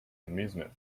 amusement